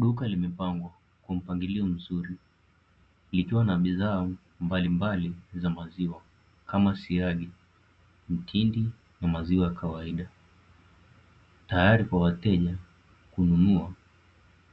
Duka limepangwa kwa mpangilio mzuri, likiwa na bidhaa mbalimbali za maziwa kama siagi, mtindi na maziwa ya kawaida tayari kwa wateja kununua